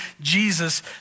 Jesus